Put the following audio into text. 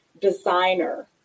designer